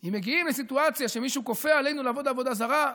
אם מגיעים לסיטואציה שמישהו כופה עלינו לעבוד עבודה זרה,